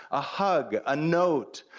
a hug, a note,